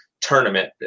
tournament